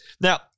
Now